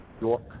York